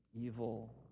evil